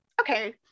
okay